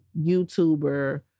YouTuber